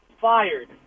fired